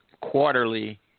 quarterly